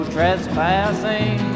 Trespassing